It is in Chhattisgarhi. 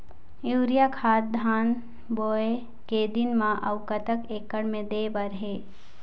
यूरिया खाद धान बोवे के दिन म अऊ कतक एकड़ मे दे बर हे?